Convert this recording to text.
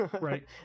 Right